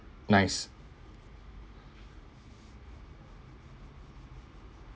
nice